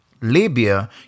Libya